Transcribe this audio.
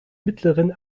mittleren